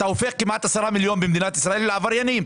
אתה הופך כמעט 10 מיליון במדינת ישראל לעבריינים.